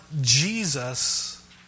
Jesus